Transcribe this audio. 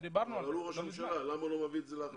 הוא ראש הממשלה, למה הוא לא מביא את זה להחלטה?